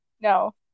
No